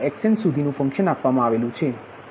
xnસુધીનુ function આપવામાં આવેલુ છે